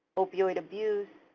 opioid abuse,